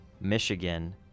Michigan